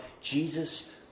Jesus